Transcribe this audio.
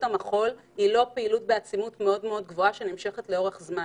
המחול היא לא פעילות בעצימות מאוד מאוד גבוהה שנמשכת לאורך זמן.